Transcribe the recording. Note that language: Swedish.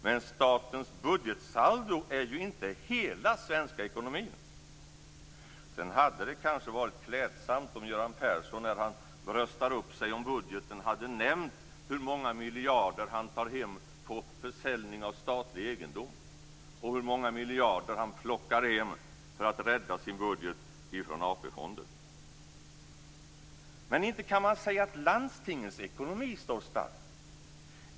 Men statens budgetsaldo är ju inte hela svenska ekonomin. Sedan hade det kanske varit klädsamt om Göran Persson, när han bröstade upp sig om budgeten, hade nämnt hur många miljarder han tar hem på försäljning av statlig egendom och hur många miljarder han plockar hem från AP-fonden för att rädda sin budget. Men inte kan man säga att landstingens ekonomi står stark.